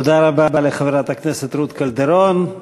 תודה רבה לחברת הכנסת רות קלדרון.